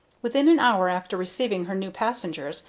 within an hour after receiving her new passenger,